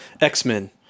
X-Men